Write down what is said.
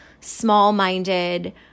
small-minded